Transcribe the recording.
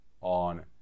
on